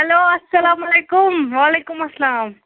hello اَسلامُ علیکُم وعلیکُم اسلام